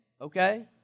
Okay